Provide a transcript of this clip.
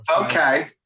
Okay